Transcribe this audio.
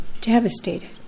devastated